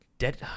dead